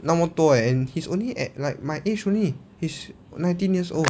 那么多 eh and he's only at like my age only he's nineteen years old